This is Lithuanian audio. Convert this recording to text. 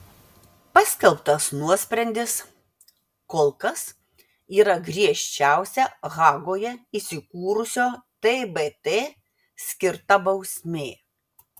paskelbtas nuosprendis kol kas yra griežčiausia hagoje įsikūrusio tbt skirta bausmė